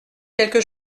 quelque